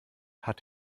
hat